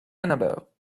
annabelle